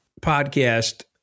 podcast